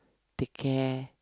take care